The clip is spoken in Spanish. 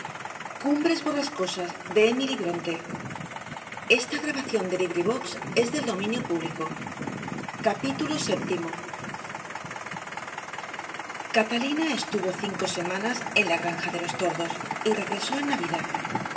o catalina estuvo cinco semanas en la granja de los tordos y regresó en navidad